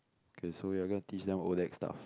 K so we are gonna teach them all ODAC stuff